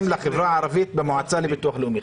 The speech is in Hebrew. לחברה הערבית במועצה של המוסד לביטוח לאומי.